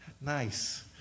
Nice